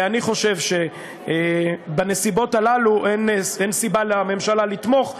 אני חושב שבנסיבות הללו אין סיבה לממשלה לתמוך בהצעה.